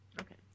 Okay